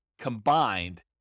combined